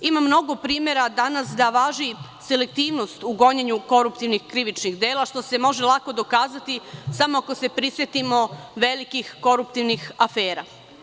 Ima mnogo primera danas da važi selektivnost u gonjenju koruptivnih krivičnih dela, što se može lako dokazati samo ako se prisetimo velikih koruptivnih afera.